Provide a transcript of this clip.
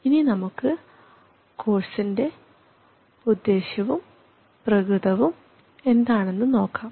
ഇനി നമുക്ക് കോഴ്സ്ൻറെ ഉദ്ദേശ്യവും പ്രകൃതവും എന്താണെന്ന് നോക്കാം